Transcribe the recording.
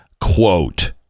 quote